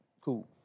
Cool